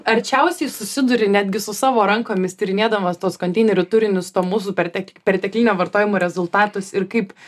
arčiausiai susiduri netgi su savo rankomis tyrinėdamas tuos konteinerių turinius to mūsų pertek perteklinio vartojimo rezultatus ir kaip